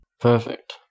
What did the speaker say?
Perfect